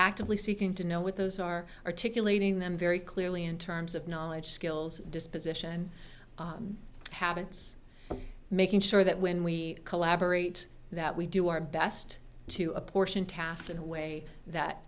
actively seeking to know what those are articulating them very clearly in terms of knowledge skills disposition and habits making sure that when we collaborate that we do our best to apportion tasks in a way that